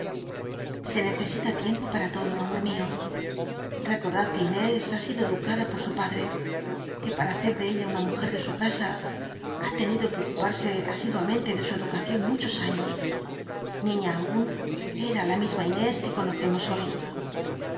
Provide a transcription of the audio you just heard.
se necesita tiempo para todo aftlor mió lrc cordad que inés ha sido educada por su padre que para hacer de ella una mujea de su casa ha tenido que ocuparse asiduamente de su educacion muchos años niña aun era la misma inés que conocemos hoy